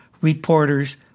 reporters